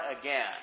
again